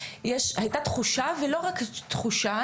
הייתה תחושה ולא רק תחושה.